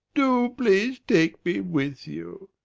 do please take me with you.